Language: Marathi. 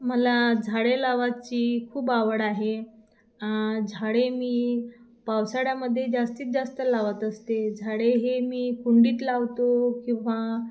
मला झाडे लावायची खूप आवड आहे झाडे मी पावसाळ्यामध्ये जास्तीत जास्त लावत असते झाडे हे मी कुंडीत लावतो किंवा